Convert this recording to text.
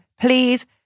please